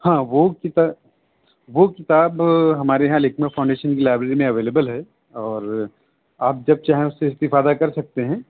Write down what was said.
ہاں وہ کتا وہ کتاب ہمارے یہاں لکھنؤ فاؤنڈیشن کی لائبریری میں اویلیبل ہے اور آپ جب چاہیں اس سے استفادہ کر سکتے ہیں